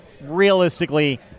realistically